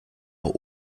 auch